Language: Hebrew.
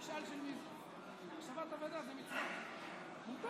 הודעה לסגנית מזכירת הכנסת, בבקשה.